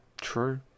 True